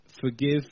forgive